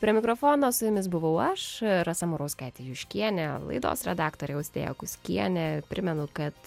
prie mikrofono su jumis buvau aš rasa murauskaitė juškienė laidos redaktorė austėja kuskienė primenu kad